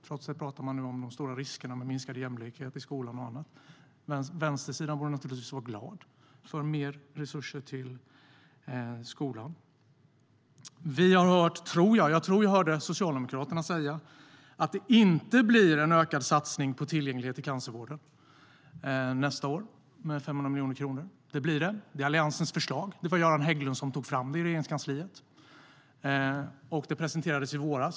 Trots det talas det om de stora riskerna med minskad jämlikhet i skolan och annat. Vänstersidan borde vara glad för mer resurser till skolan. Jag tror att vi hörde Socialdemokraterna säga att det inte blir en ökad satsning med 500 miljoner kronor på tillgänglighet i cancervården nästa år. Det blir det! Det är Alliansens förslag. Göran Hägglund tog fram det i Regeringskansliet, och det presenterades i våras.